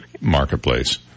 marketplace